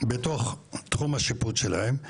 בתוך תחום השיפוט שלהם.